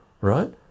right